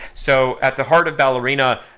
so at the heart of ballerina,